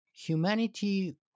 Humanity